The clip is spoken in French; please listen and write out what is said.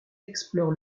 explore